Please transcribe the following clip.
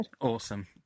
awesome